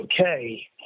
okay